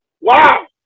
wow